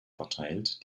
verteilt